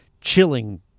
chilling